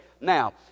Now